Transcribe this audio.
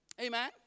Amen